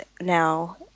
now